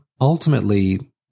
Ultimately